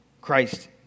Christ